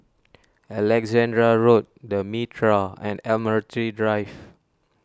Alexandra Road the Mitraa and Admiralty Drive